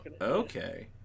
Okay